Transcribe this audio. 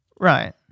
Right